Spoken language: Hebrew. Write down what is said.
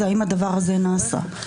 האם הדבר הזה נעשה?